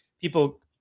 people-